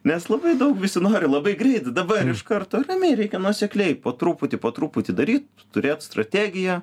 mes labai daug visi nori labai greit dabar iš karto ramiai reikia nuosekliai po truputį po truputį daryt turėt strategiją